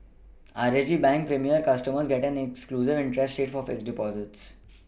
R H B bank Premier customers get an exclusive interest rate for fixed Deposits